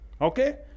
Okay